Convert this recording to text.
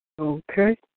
Okay